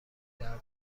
درد